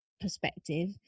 Perspective